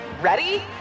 Ready